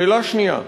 שאלה שנייה,